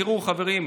תראו, חברים,